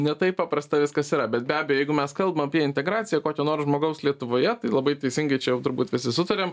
ne taip paprasta viskas yra bet be abejo jeigu mes kalbam apie integraciją kokio nors žmogaus lietuvoje tai labai teisingai čia jau turbūt visi sutariam